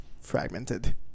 fragmented